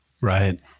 Right